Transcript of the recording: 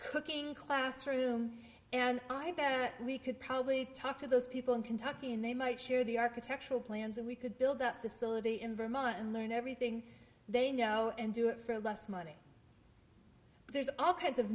cooking classroom and i that we could probably talk to those people in kentucky and they might share the architectural plans and we could build up the syllabi in vermont and learn everything they know and do it for less money there's all kinds of